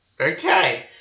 Okay